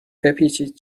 بپیچید